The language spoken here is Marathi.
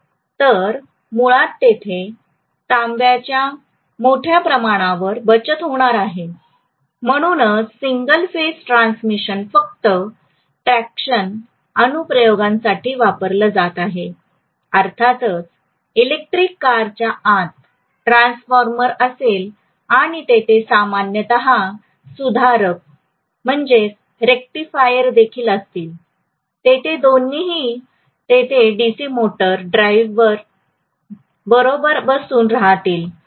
तर मुळात तेथे तांबेच्या मोठ्या प्रमाणावर बचत होणार आहे म्हणूनच सिंगल फेज ट्रान्समिशन फक्त ट्रॅक्शन अनुप्रयोगासाठी वापरला जात आहे अर्थातच इलेक्ट्रिक कारच्या आत ट्रान्सफॉर्मर असेल आणि तिथे सामान्यत सुधारक देखील असतील तेथे दोन्हीही तेथे डीसी मोटर ड्राईव्ह बरोबर बसून राहतील